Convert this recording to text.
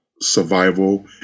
Survival